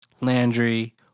Landry